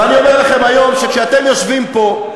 ואני אומר לכם היום שכשאתם יושבים פה,